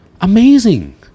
Amazing